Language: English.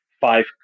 five